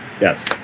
yes